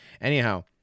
Anyhow